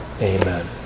Amen